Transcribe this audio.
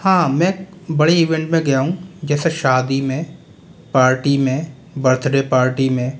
हाँ मैं बड़ी इवेंट में गया हूँ जैसे शादी में पार्टी में बर्थडे पार्टी में